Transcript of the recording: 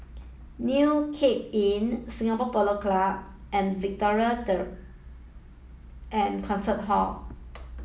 new Cape Inn Singapore Polo Club and Victoria Theatre and Concert Hall